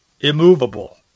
immovable